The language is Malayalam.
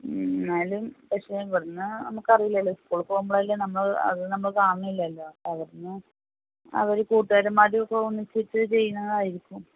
മ് എന്നാലും പക്ഷേ ഇവിടുന്ന് നമുക്കറിയില്ലല്ലൊ സ്കൂളിൽ പോവുമ്പോളല്ലേ നമ്മൾ അത് നമ്മൾ കാണുന്നില്ലല്ലോ അപ്പം അവരൊന്ന് അവർ കൂട്ടുകാരന്മാരും ഒക്കെ ഒന്നിച്ചിട്ട് ചെയ്യുന്നതായിരിക്കും